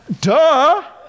Duh